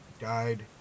died